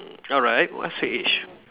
alright what's your age